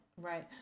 Right